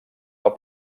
del